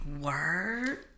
Word